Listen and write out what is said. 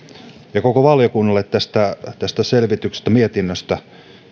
ja koko valiokunnalle tästä tästä mietinnöstä